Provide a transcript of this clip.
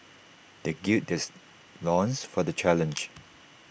they gird theirs loins for the challenge